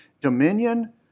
dominion